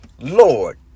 Lord